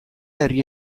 herri